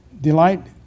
delight